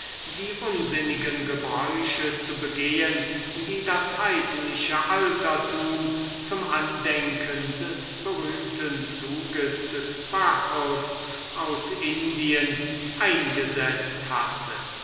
die unsinnigen gebräuche zu begehen die das heidnische altertum zum andenken des berühmten zuges des bacchus aus indien eingesetzt hatte